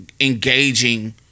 engaging